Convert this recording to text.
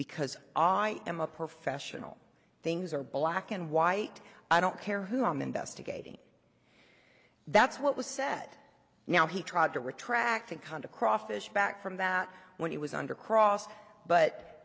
because i am a professional things are black and white i don't care who i'm investigating that's what was said now he tried to retract and kind of cross fishback from that when he was under cross but